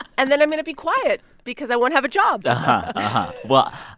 and then i'm going to be quiet because i won't have a job uh-huh. well,